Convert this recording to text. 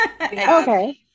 okay